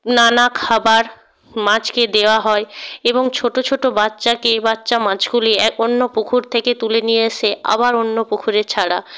নানা খাবার মাছকে দেওয়া হয় এবং ছোটো ছোটো বাচ্চাকে বাচ্চা মাছগুলি এক অন্য পুকুর থেকে তুলে নিয়ে এসে আবার অন্য পুকুরে ছাড়া